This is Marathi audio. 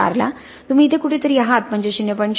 ४ ला तुम्ही इथे कुठेतरी आहात म्हणजे ०